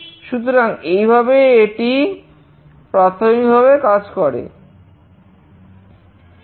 সুতরাং এই ভাবে এটি প্রাথমিক ভাবে কাজ করে